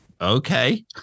okay